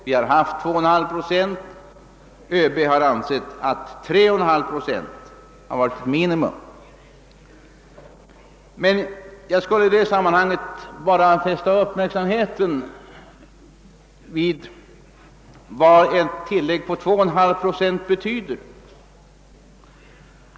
Tidigare har 2,5 procent avsatts för detta ändamål, men ÖB anser att 3,5 procent är minimum. Jag skulle i detta sammanhang bara vilja fästa uppmärksamheten vid vad ett tillägg på 2,5 procent betyder.